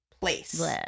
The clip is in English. place